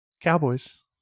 cowboys